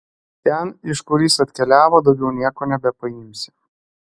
ten iš kur jis atkeliavo daugiau nieko nebepaimsi